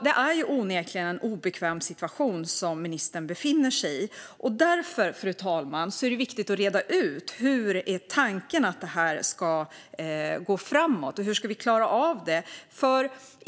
Det är alltså onekligen en obekväm situation som ministern befinner sig i, och därför är det viktigt att reda ut hur detta ska gå framåt, fru talman. Hur ska vi klara av det?